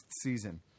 season